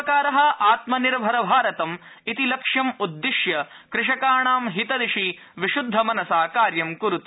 सर्वकार आत्मनिर्भरभारतम् इति लक्ष्यमुदिश्य कृषकाणाम् हितदिशि विश़द्धमनसा कार्य कुरुते